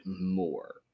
more